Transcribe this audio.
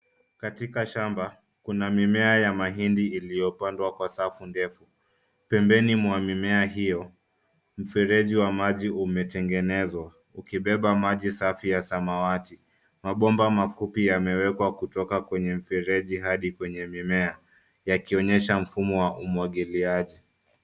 Katika shamba, kuna mimea ya mahindi iliyopandwa kwa safu ndefu. Pembeni mwa mimea hiyo, mfereji wa maji umetengenezwa ukibeba maji safi ya samawati. Mabomba mafupi yamewekwa kutoka kwenye mfereji hadi kwenye mimea yakionyesha mfumo wa umwagiliaji.